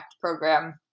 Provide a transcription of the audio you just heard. program